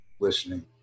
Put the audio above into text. listening